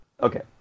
Okay